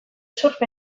surf